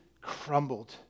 crumbled